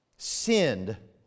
Sinned